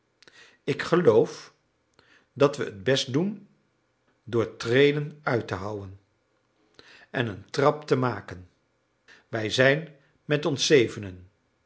ik geloof dat we het best doen door treden uit te houwen en een trap te maken wij zijn met ons zevenen